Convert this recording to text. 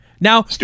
Now